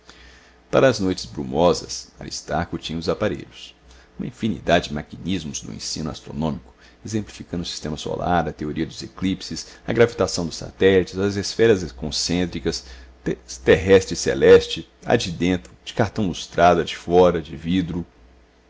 para as noites brumosas aristarco tinha os aparelhos uma infinidade de maquinismos do ensino astronômico exemplificando o sistema solar a teoria dos eclipses a gravitação dos satélites as esferas concêntricas terrestre e celeste a de dentro de cartão lustrado a de fora de vidro